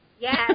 Yes